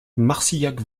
marcillac